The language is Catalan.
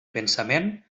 pensament